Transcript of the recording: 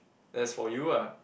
that's for you ah